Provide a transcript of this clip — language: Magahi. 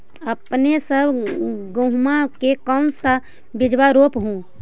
अपने सब गेहुमा के कौन सा बिजबा रोप हू?